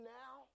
now